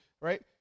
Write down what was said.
right